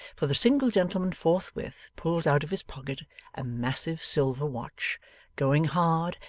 for the single gentleman forthwith pulls out of his pocket a massive silver watch going hard,